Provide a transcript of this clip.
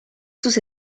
sus